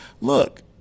Look